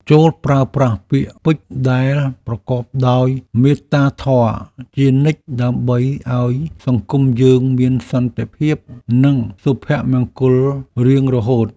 ចូរប្រើប្រាស់ពាក្យពេចន៍ដែលប្រកបដោយមេត្តាធម៌ជានិច្ចដើម្បីឱ្យសង្គមយើងមានសន្តិភាពនិងសុភមង្គលរៀងរហូត។